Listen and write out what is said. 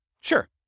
Sure